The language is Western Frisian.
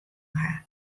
haw